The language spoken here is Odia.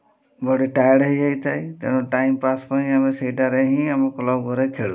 ବଡ଼ି ଟାୟାର୍ଡ଼ ହେଇଯାଇଥାଏ ତେଣୁ ଟାଇମ୍ ପାସ୍ ପାଇଁ ଆମେ ସେଇଟାରେ ହିଁ ଆମ କ୍ଲବ୍ ଘରେ ଖେଳୁ